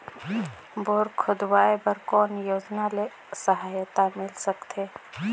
Bore खोदवाय बर कौन योजना ले सहायता मिल सकथे?